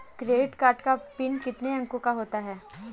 Credit card का pin कितने अंकों का होता है?